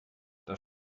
das